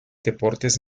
deportes